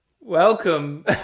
Welcome